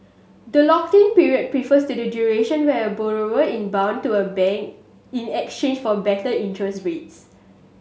the lock in period refers to the duration where a borrower in bound to a bank in exchange for better interest rates